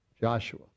Joshua